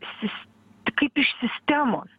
sis kaip iš sistemos